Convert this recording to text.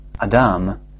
Adam